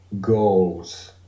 goals